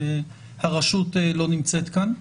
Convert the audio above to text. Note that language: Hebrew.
שהרשות לא נמצאת כאן,